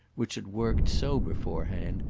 which had worked so beforehand,